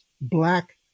black